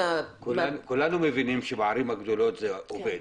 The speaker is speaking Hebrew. כולנו מבינים שבערים הגדולות זה עובד.